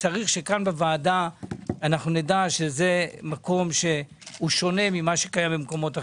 צריך שכאן בוועדה אנחנו נדע שהמקום הזה שונה ממקומות אחרים.